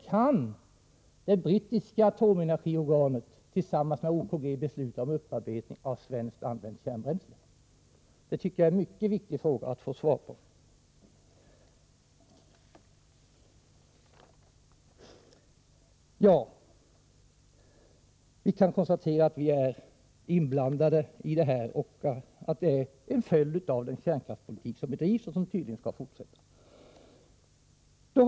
Kan det brittiska atomenergiorganet tillsammans med OKG besluta om upparbetningen av svenskt använt kärnbränsle? Detta tycker jag är mycket viktigt att få svar på. Vi kan konstatera att vi är inblandade i detta. Det är en följd av den kärnkraftspolitik som bedrivits och tydligen skall fortsätta.